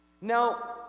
Now